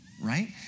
right